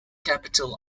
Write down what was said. capital